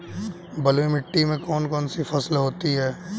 बलुई मिट्टी में कौन कौन सी फसल होती हैं?